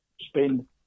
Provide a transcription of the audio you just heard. spend